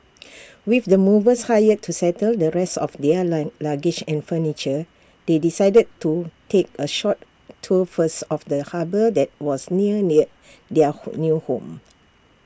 with the movers hired to settle the rest of their long luggage and furniture they decided to take A short tour first of the harbour that was near their their home new home